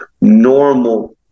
normal